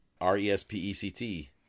R-E-S-P-E-C-T